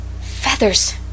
Feathers